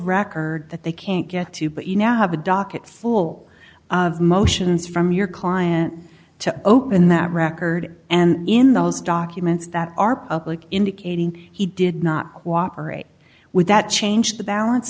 records that they can't get to but you now have a docket full of motions from your client to open that record and in those documents that are public indicating he did not cooperate with that change the balance